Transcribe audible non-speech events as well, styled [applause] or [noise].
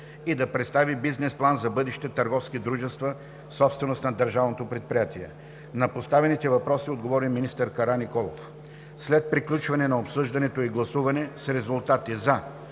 и да представи бизнес план за бъдещите търговски дружества, собственост на държавното предприятие. [noise] На поставените въпроси отговори министър Караниколов. След приключване на обсъждането и гласуване с резултати: „за“